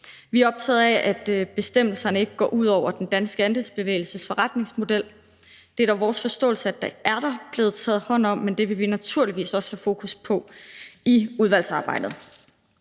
Vi er optaget af, at bestemmelserne ikke går ud over den danske andelsbevægelses forretningsmodel. Det er dog vores forståelse, at det er der blevet taget hånd om, men det vil vi naturligvis også have fokus på i udvalgsarbejdet.